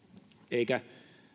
eikä